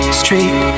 street